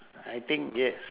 I think yes